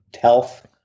health